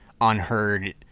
unheard